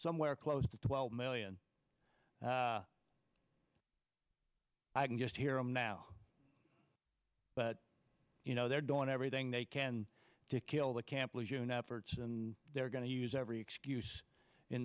somewhere close to twelve million i can just hear him now but you know they're doing everything they can to kill the camp of june efforts and they're going to use every excuse in